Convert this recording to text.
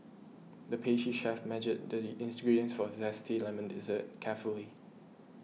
the pastry chef measured the ingredients for a Zesty Lemon Dessert carefully